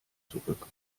zurück